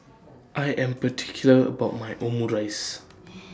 I Am particular about My Omurice